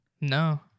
No